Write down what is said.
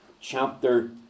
chapter